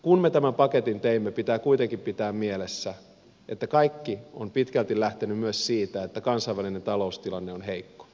kun me tämän paketin teimme pitää kuitenkin pitää mielessä että kaikki on pitkälti lähtenyt myös siitä että kansainvälinen taloustilanne on heikko